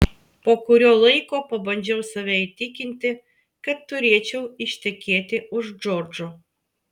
po kurio laiko pabandžiau save įtikinti kad turėčiau ištekėti už džordžo